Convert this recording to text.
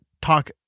talk